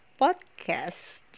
podcast